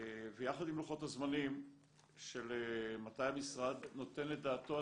ויחד עם לוחות הזמנים של מתי המשרד נותן את דעתו,